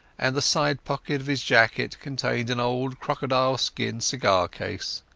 and the side pocket of his jacket contained an old crocodile-skin cigar-case.